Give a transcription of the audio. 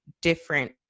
different